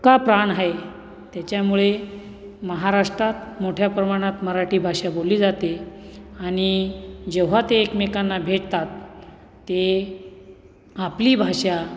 का प्राण आहे त्याच्यामुळे महाराष्ट्रात मोठ्या प्रमाणात मराठी भाषा बोलली जाते आणि जेव्हा ते एकमेकांना भेटतात ते आपली भाषा